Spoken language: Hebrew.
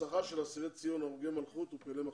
הנצחה של אסירי ציון, הרוגי מלכות ופעילי מחתרות.